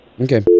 Okay